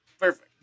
Perfect